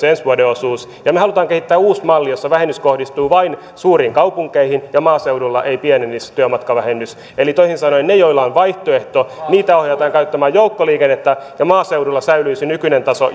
ensi vuoden osuus ja me haluamme kehittää uuden mallin jossa vähennys kohdistuu vain suuriin kaupunkeihin ja maaseudulla ei pienenisi työmatkavähennys eli toisin sanoen niitä joilla on vaihtoehto ohjataan käyttämään joukkoliikennettä ja maaseudulla jossa ei ole vaihtoehtoa säilyisi nykyinen taso